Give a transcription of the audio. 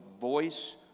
voice